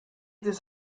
this